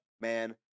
man